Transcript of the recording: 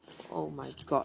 oh my god